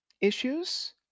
issues